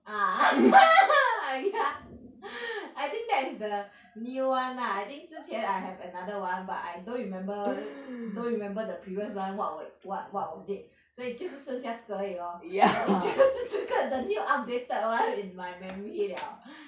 ah ah ya I think that is the new [one] ah I think 之前 I have another [one] but I don't remember don't remember the previous [one] what was what what was it 所以就是剩下这个而已 lor I mean 就是这个 the new updated [one] in my memory liao